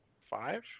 Five